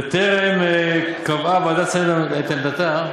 בטרם קבעה ועדת השרים את עמדתה,